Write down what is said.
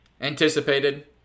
anticipated